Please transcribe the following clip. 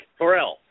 Correll